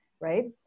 right